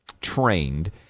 trained